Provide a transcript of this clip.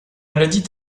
maladies